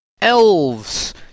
Elves